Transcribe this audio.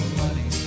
money